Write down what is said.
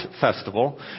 festival